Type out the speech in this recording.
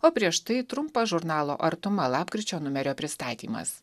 o prieš tai trumpas žurnalo artuma lapkričio numerio pristatymas